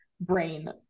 brain